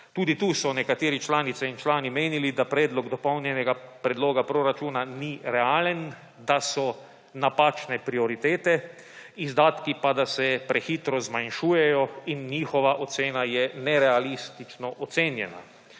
Tudi tu so nekateri članice in člani menili, da Dopolnjen predlog proračuna ni realen, da so napačne prioritete, izdatki pa, da se prehitro zmanjšujejo in njihova ocena je nerealistično ocenjena.